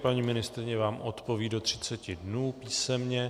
Paní ministryně vám odpoví do 30 dnů písemně.